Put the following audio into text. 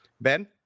Ben